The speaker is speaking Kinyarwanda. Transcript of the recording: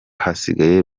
hasigaye